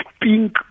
pink